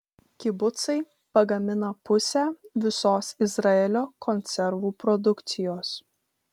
kibucai pagamina pusę visos izraelio konservų produkcijos